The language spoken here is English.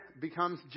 becomes